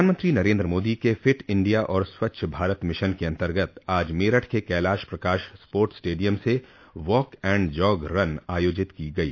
प्रधानमंत्री नरेन्द्र मोदी के fit India और स्वच्छ भारत मिशन के अन्तर्गत आज मेरठ के कैलाश प्रकाश स्पोर्टस स्टेडियम से वाक् एण्ड जॉग रन आयोजित की गई